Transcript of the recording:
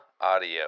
Audio